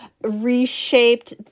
reshaped